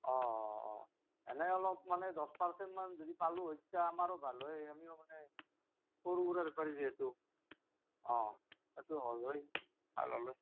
অঁ অঁ অঁ এনেই অলপ মানে দছ পাৰ্চেণ্টমান যদি পালো হয় তেতিয়া আমাৰো ভাল হয় আমিও মানে সৰু সুৰা বেপাৰী যিহেতু অঁ সেইটো হ'ল হয়